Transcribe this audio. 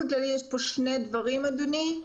אני אדבר.